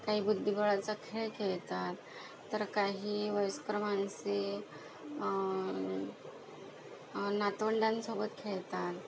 काही बुद्धिबळाचा खेळ खेळतात तर काही वयस्कर माणसे नातवंडांसोबत खेळतात